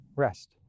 rest